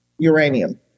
uranium